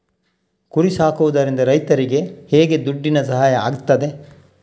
ಕುರಿ ಸಾಕುವುದರಿಂದ ರೈತರಿಗೆ ಹೇಗೆ ದುಡ್ಡಿನ ಸಹಾಯ ಆಗ್ತದೆ?